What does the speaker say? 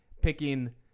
picking